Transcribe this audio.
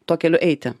tuo keliu eiti